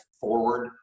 forward